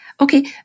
Okay